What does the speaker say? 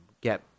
get